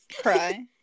cry